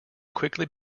quickly